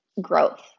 growth